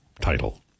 title